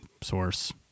source